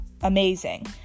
amazing